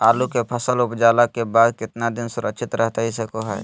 आलू के फसल उपजला के बाद कितना दिन सुरक्षित रहतई सको हय?